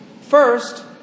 First